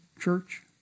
church